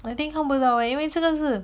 I think 看不得我因为真的是